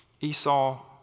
Esau